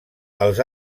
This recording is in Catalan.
els